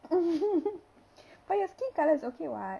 but your skin color is okay [what]